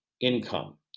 income